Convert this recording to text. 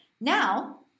Now